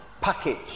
package